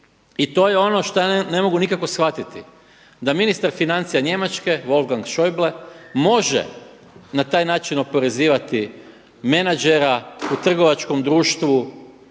i to je ono šta ja ne mogu nikako shvatiti da ministar financija njemačke Wolfgang Schäuble može na taj način oporezivati menadžera u trgovačkom društvu